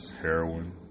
Heroin